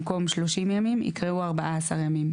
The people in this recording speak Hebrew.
במקום "30 ימים" יקראו " 14 ימים"